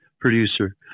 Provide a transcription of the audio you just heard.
producer